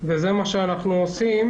וזה מה שאנחנו עושים